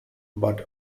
but